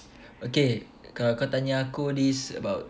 okay kalau kau tanya aku this about